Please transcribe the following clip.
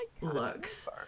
looks